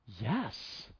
yes